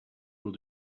will